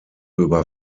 über